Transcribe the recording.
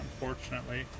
Unfortunately